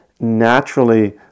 naturally